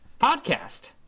Podcast